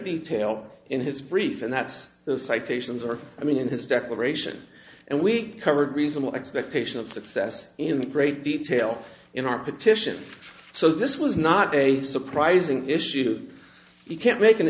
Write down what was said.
detail in his brief and that's the citation for i mean in his declaration and we covered reasonable expectation of success in great detail in our petition so this was not a surprising issue he can't make an